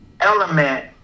element